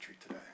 today